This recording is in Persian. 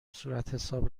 صورتحساب